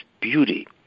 beauty